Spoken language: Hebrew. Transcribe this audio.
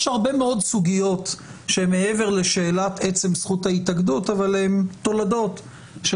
יש הרבה מאוד סוגיות שהן מעבר לשאלת עצם זכות ההתאגדות אבל הן תולדות של